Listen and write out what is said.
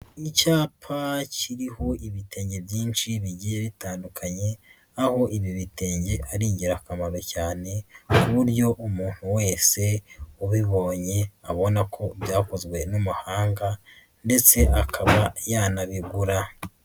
Icyapa kiriho ibitenge byinshi bigiye bitandukanye, aho ibi bitenge ari ingirakamaro cyane, ku buryo umuntu wese ubibonye abona ko byakozwe n'amahanga ndetse akaba yanabigura.